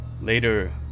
Later